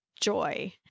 joy